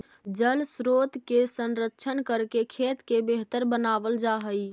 जलस्रोत के संरक्षण करके खेत के बेहतर बनावल जा हई